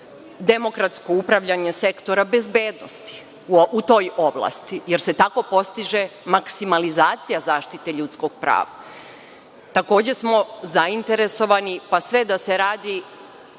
demokratsko upravljanje sektora bezbednosti u toj oblasti, jer se tako postiže maksimalizacija zaštite ljudskog prava. Takođe, zainteresovani smo, pa sve da se radi